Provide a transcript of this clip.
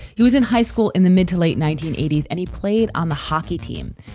he was in high school in the mid to late nineteen eighty s and he played on the hockey team.